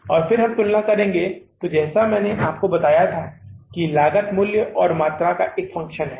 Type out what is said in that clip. और फिर हम तुलना करेंगे तो जैसा कि मैंने आपको बताया कि लागत मूल्य और मात्रा का फंक्शन है